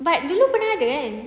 but dulu pernah ada kan